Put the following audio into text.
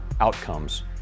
outcomes